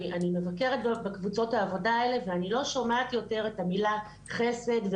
אני מבקרת בקבוצות העבודה האלה ואני לא שומעת יותר את המילה חסד,